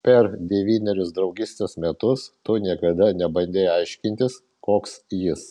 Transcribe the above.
per devynerius draugystės metus tu niekad nebandei aiškintis koks jis